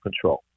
control